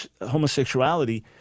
homosexuality